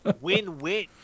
win-win